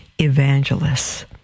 evangelists